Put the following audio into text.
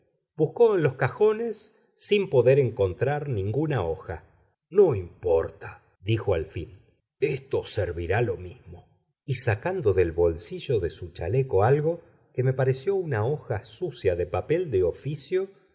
buscó en los cajones sin poder encontrar ninguna hoja no importa dijo al fin esto servirá lo mismo y sacando del bolsillo de su chaleco algo que me pareció una hoja sucia de papel de oficio